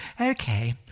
Okay